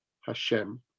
Hashem